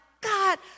God